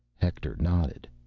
hector nodded.